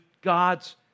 God's